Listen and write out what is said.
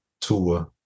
Tua